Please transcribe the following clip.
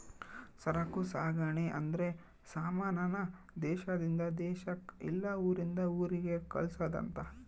ಸರಕು ಸಾಗಣೆ ಅಂದ್ರೆ ಸಮಾನ ನ ದೇಶಾದಿಂದ ದೇಶಕ್ ಇಲ್ಲ ಊರಿಂದ ಊರಿಗೆ ಕಳ್ಸದ್ ಅಂತ